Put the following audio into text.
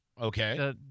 Okay